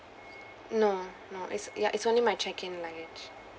no no it's ya it's only my check in luggage